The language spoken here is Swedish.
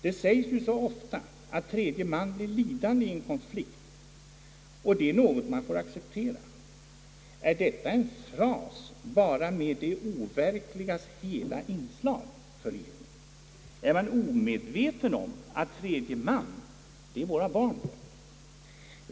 Det sägs ju så ofta att tredje man blir lidande i en konflikt, och det är något som man får acceptera. Är detta bara en fras med det overkligas hela inslag? Är man omedveten om att tredje man i det här fallet är våra barn?